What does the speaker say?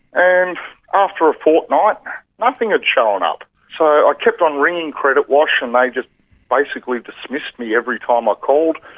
and after a fortnight nothing had shown up. so i kept on ringing credit watch and they just basically dismissed me every time i called.